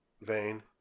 vein